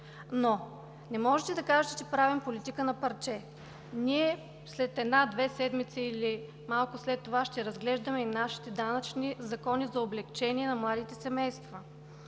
но не може да кажете, че правим политика на парче. След една-две седмици или малко след това ще разглеждаме и нашите данъчни закони за облекчение на младите семейства.